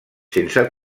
sense